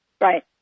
Right